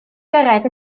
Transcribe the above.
gyrraedd